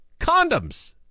condoms